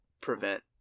prevent